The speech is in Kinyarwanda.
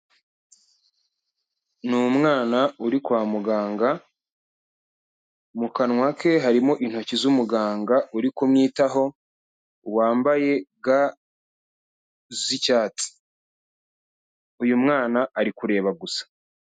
Ni umwana uri kwa muganga mu kanwa ke harimo intoki z'umuganga uri kumwitaho wambaye ga z'icyatsi, uyu mwana ari kureba gusa